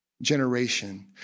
generation